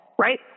right